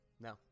No